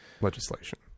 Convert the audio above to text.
legislation